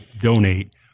donate